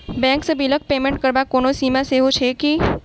Bank सँ बिलक payment करबाक कोनो सीमा सेहो छैक की?